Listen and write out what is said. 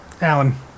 Alan